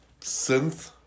synth